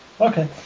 Okay